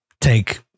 take